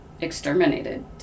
exterminated